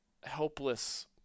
helpless